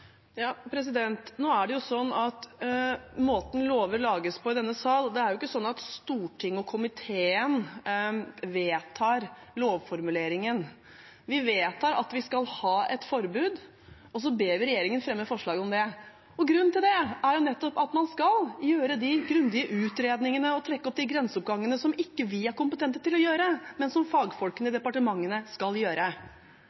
måten lover lages på i denne sal, er det jo ikke sånn at storting og komiteen vedtar lovformuleringen. Vi vedtar at vi skal ha et forbud, og så ber vi regjeringen fremme et forslag om det. Grunnen til det er nettopp at man skal gjøre de grundige utredningene og trekke opp de grensegangene som ikke vi er kompetente til å gjøre, men som fagfolkene i